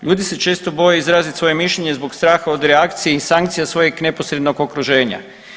Ljudi se često boje izrazit svoje mišljenje zbog straha od reakcije i sankcija od svojeg neposrednog okruženja.